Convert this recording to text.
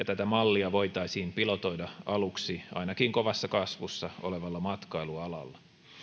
tätä mallia voitaisiin pilotoida aluksi ainakin kovassa kasvussa olevalla matkailualalla